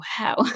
wow